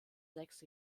sechs